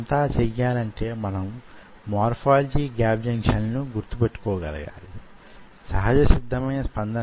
ఉదాహరణకు మనం అనుసరించిన ఒక పద్ధతి సిలికాన్ ఉపయోగించి ఒక బ్లాక్ నిర్మాణం చెయ్యటమే